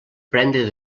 prendre